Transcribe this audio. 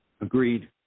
Agreed